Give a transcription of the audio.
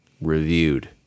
reviewed